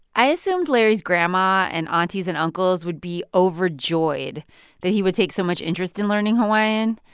i assumed larry's grandma and aunties and uncles would be overjoyed that he would take so much interest in learning hawaiian,